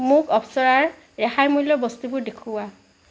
মোক অপ্সৰাৰ ৰেহাই মূল্যৰ বস্তুবোৰ দেখুওৱা